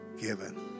given